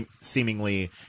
seemingly